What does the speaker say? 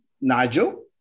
Nigel